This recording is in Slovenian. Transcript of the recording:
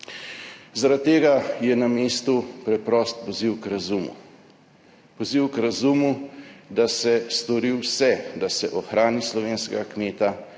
Zaradi tega je na mestu preprost poziv k razumu. Poziv k razumu, da se stori vse, da se ohrani slovenskega kmeta,